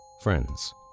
Friends